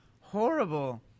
horrible